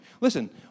Listen